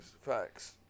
Facts